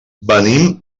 venim